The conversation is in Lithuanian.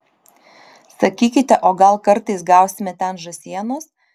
sakykite o gal kartais gausime ten žąsienos